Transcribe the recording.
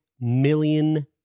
million